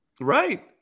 Right